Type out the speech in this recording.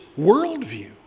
worldview